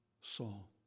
Saul